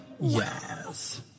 yes